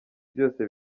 byose